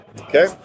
Okay